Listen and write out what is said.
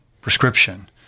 prescription